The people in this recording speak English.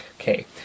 Okay